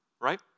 right